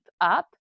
up